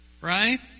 Right